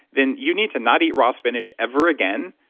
then you need to not eat raw spinach ever again.